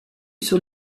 sur